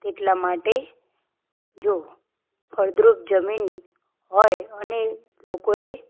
તેટલા માટે જો ફળદ્રુપ જમીન હોય અને લોકોએ